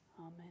Amen